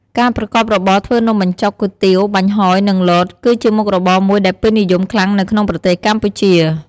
ការប្រកបរបរធ្វើនំបញ្ចុក គុយទាវ បាញ់ហ៊យ និងលត គឺជាមុខរបរមួយដែលពេញនិយមខ្លាំងនៅក្នុងប្រទេសកម្ពុជា។